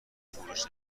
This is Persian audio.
فروش